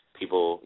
people